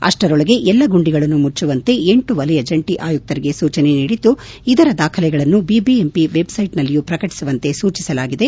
ಅಷ್ಟರೊಳಗೆ ಎಲ್ಲ ಗುಂಡಿಗಳನ್ನು ಮುಚ್ಚುವಂತೆ ಎಂಟು ವಲಯ ಜಂಟಿ ಆಯುಕ್ತರಿಗೆ ಸೂಚನೆ ನೀಡಿದ್ದು ಇದರ ದಾಖಲೆಗಳನ್ನು ಬಿಬಿಎಂಪಿ ವೆಬ್ಸೈಟ್ನಲ್ಲಿಯು ಪ್ರಕಟಿಸುವಂತೆ ಸೂಚಿಸಲಾಗಿದೆ